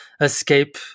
escape